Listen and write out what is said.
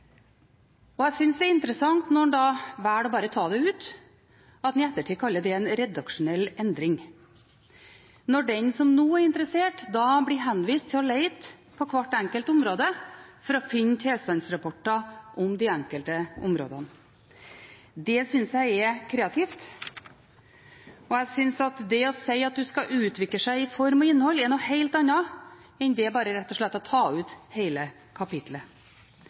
Og jeg synes det er interessant når en velger bare å ta det ut, og at en i ettertid kaller det «en redaksjonell endring», når den som nå er interessert, da blir henvist til å lete på hvert enkelt område for å finne tilstandsrapporter om de enkelte områdene. Det synes jeg er kreativt, og jeg synes at det å si at en skal utvikle seg i form og innhold, er noe helt annet enn det å rett og slett ta ut hele